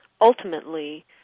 ultimately